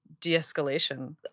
de-escalation